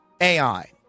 AI